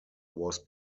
was